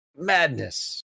Madness